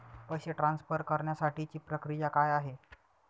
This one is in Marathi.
पैसे ट्रान्सफर करण्यासाठीची प्रक्रिया काय आहे?